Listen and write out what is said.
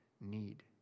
need